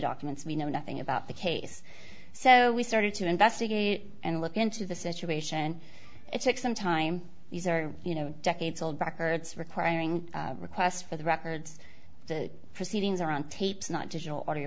documents we know nothing about the case so we started to investigate and look into the situation it took some time these are you know decades old records requiring requests for the records the proceedings are on tapes not digital audi